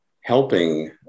helping